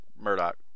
Murdoch